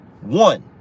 One